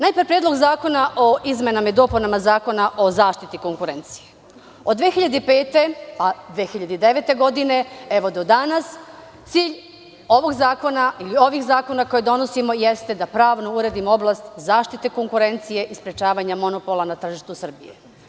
Najpre, Predlog zakona o izmenama i dopunama Zakona o zaštiti konkurencije, od 2005. godine, pa 2009. godine, evo do danas cilj ovih zakona koje donosimo jeste da pravno uredimo oblast zaštite konkurencije i sprečavanje monopola na tržištu Srbije.